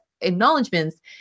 acknowledgements